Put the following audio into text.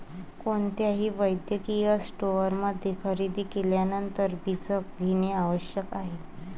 कोणत्याही वैद्यकीय स्टोअरमध्ये खरेदी केल्यानंतर बीजक घेणे आवश्यक आहे